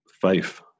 faith